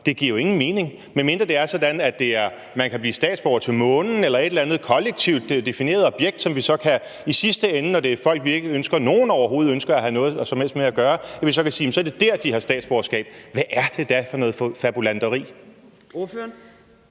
Det giver jo ingen mening, medmindre det er sådan, at man kan blive statsborger på Månen eller et eller andet kollektivt defineret objekt, og at vi så i sidste ende, når det er folk, som der overhovedet ikke er nogen der ønsker at have noget som helst med at gøre, kan sige, at det er dér, de har statsborgerskab. Hvad er det da for noget fabulanteri?